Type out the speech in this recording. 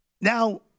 Now